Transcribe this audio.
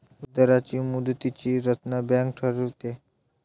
व्याजदरांची मुदतीची रचना बँक ठरवते